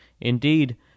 Indeed